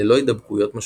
ללא הידבקויות משמעותיות.